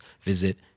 visit